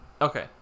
Okay